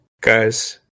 guys